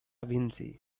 vinci